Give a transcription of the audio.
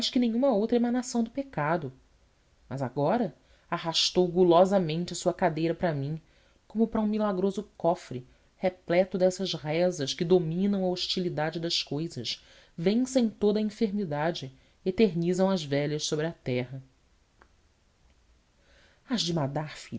que nenhuma outra emanação do pecado mas agora arrastou gulosamente a sua cadeira para mim como para um milagroso cofre repleto dessas rezas que dominam a hostilidade das cousas vencem toda a enfermidade eternizam as velhas sobre a terra hás de